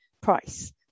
price